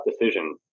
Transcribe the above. decision